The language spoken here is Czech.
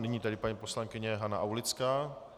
Nyní tedy paní poslankyně Hana Aulická.